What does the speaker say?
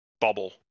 bubble